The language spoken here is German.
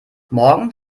morgen